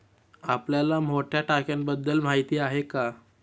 आपल्याला मोठ्या टाक्यांबद्दल माहिती आहे का?